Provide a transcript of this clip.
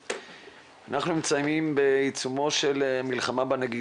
אנחנו נמצאים בעיצומה של המלחמה בנגיף.